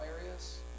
areas